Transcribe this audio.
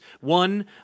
one